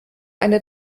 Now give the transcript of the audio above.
eine